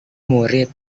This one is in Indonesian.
murid